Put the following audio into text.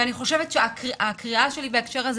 ואני חושבת שהקריאה שלי בהקשר הזה